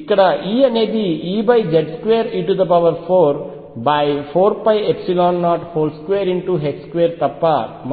ఇక్కడ E అనేది EZ2e44π022 తప్ప మరొకటి కాదు